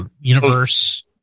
universe